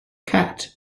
cat